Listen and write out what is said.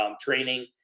training